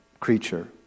creature